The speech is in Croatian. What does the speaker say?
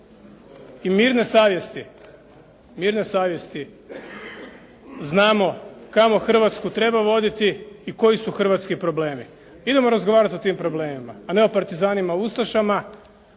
nemamo i mirne savjesti znamo kamo Hrvatsku treba voditi i koji su hrvatski problemi. Idemo razgovarati o tim problemima, a ne o partizanima, ustašama